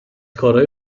کارای